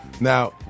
Now